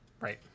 Right